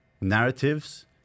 narratives